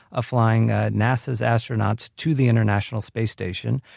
ah flying nasa astronauts to the international space station.